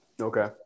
Okay